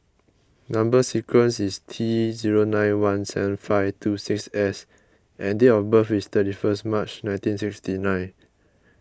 Number Sequence is T zero nine one seven five two six S and date of birth is thirty first March nineteen sixty nine